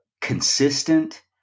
consistent